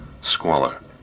squalor